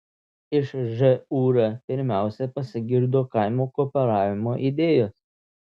iš žūr pirmiausia pasigirdo kaimo kooperavimo idėjos